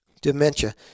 Dementia